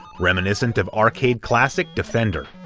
reminiscent of arcade classic defender.